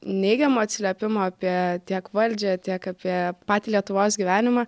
neigiamą atsiliepimą apie tiek valdžią tiek apie patį lietuvos gyvenimą